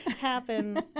happen